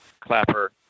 Clapper